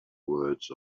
words